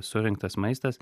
surinktas maistas